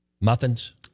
muffins